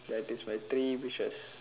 that is my three wishes